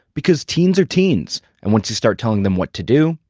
because teens are teens and once you start telling them what to do?